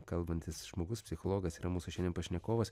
kalbantis žmogus psichologas yra mūsų šiandien pašnekovas